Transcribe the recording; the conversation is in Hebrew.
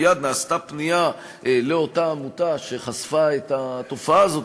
מייד נעשתה פנייה לאותה עמותה שחשפה את התופעה הזאת,